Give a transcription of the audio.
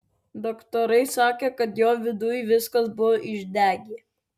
daktarai sakė kad jo viduj viskas buvo išdegę